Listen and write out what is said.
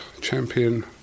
champion